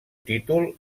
títol